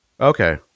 okay